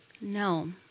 No